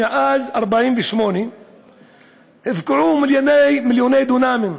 מאז 1948 הופקעו מיליוני דונמים,